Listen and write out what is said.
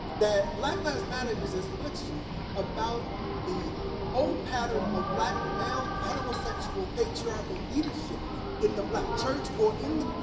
that black lives matter is as much about the old pattern of black male heterosexual patriarchal leadership in the black church or in the